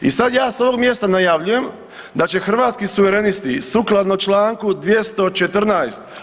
I sad ja s ovog mjesta najavljujem da će Hrvatski suverenisti sukladno čl. 214.